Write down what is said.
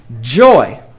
joy